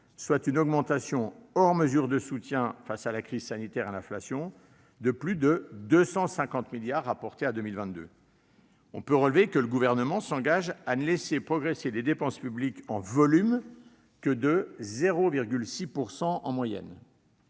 soit une augmentation, hors mesures de soutien face à la crise sanitaire et à l'inflation, de plus de 250 milliards d'euros par rapport à 2022. On peut relever que le Gouvernement s'engage à ne laisser progresser les dépenses publiques en volume que de 0,6 % par an en moyenne.